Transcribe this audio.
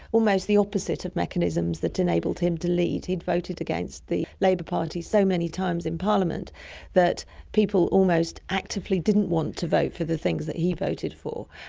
almost the opposite of mechanisms that enabled him to lead. he had voted against the labour party so many times in parliament that people almost actively didn't want to vote for the things that he voted for.